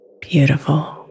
beautiful